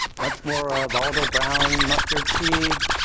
much more ah volatile brown mustard seed,